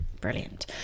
Brilliant